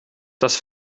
das